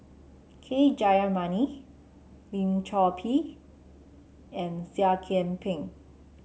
K Jayamani Lim Chor Pee and Seah Kian Peng